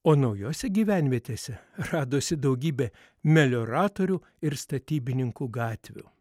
o naujose gyvenvietėse radosi daugybė melioratorių ir statybininkų gatvių